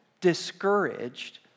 discouraged